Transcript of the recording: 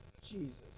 Jesus